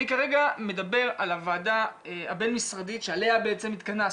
אני כרגע מדבר על הוועדה הבין משרדית שעליה בעצם התכנסו,